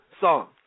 song